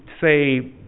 say